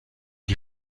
die